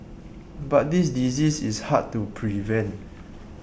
but this disease is hard to prevent